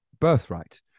birthright